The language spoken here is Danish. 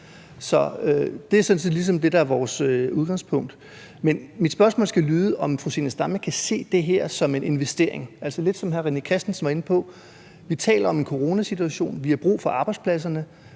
der er vores udgangspunkt. Men mit spørgsmål skal lyde: Kan fru Zenia Stampe se det her som en investering, altså lidt som hr. René Christensen var inde på? Vi taler om en coronasituation, vi har brug for arbejdspladserne,